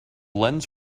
lens